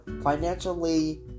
financially